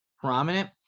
prominent